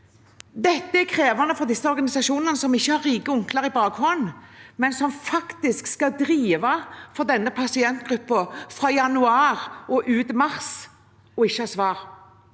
Dette er krevende for disse organisasjonene som ikke har rike onkler i bakhånd, men som faktisk skal drive for denne pasientgruppen fra januar og ut mars uten å ha fått